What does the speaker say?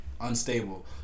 unstable